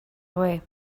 away